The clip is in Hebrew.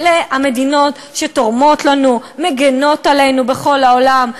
אלה המדינות שתורמות לנו, מגינות עלינו בכל העולם.